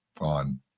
on